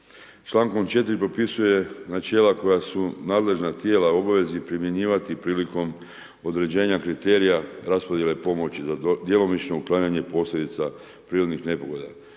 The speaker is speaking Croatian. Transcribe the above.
Člankom 4. propisuje načela koja su nadležna tijela u obavezi primjenjivati prilikom određenja kriterija raspodjele pomoći za djelomično uklanjanje posljedica prirodnih nepogoda